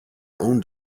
own